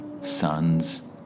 sons